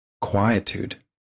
quietude